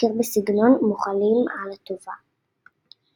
תזכיר בסגנון 'מוחלים על הטובה'".